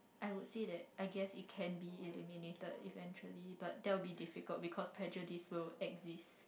I would say that I guess that it can be eliminated eventually but that it will be difficult because prejudice will exist